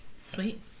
Sweet